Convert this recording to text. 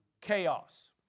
Chaos